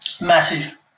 massive